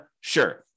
Sure